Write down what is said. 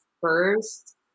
first